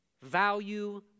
value